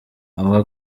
avuga